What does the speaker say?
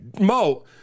Mo